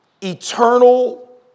eternal